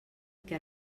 què